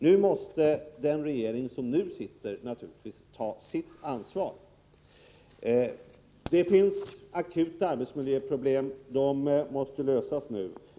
Nu måste den regering som nu sitter ta sitt ansvar. Det finns akuta arbetsmiljöproblem. De måste lösas nu.